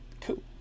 Cool